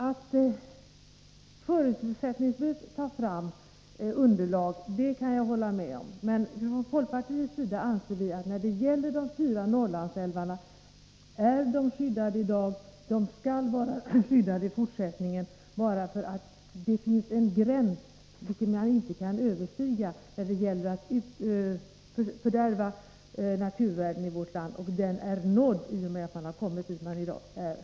Att man förutsättningslöst skall ta fram underlag kan jag hålla med om. Från folkpartiets sida anser vi att de fyra Norrlandsälvarna är skyddade i dag och skall vara skyddade även i fortsättningen, för det finns ju en gräns vilken man inte kan överskrida när det gäller att fördärva naturvärden i vårt land. Den gränsen har vi nått i dag.